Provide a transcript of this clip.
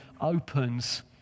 opens